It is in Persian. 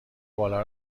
بالا